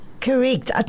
correct